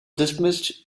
dismissed